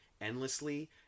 endlessly